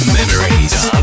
Memories